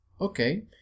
Okay